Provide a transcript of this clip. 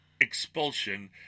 expulsion